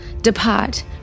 depart